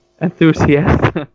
enthusiast